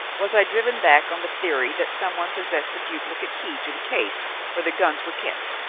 was i driven back on the theory that some one possessed a duplicate key to the case where the guns were kept?